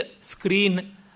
screen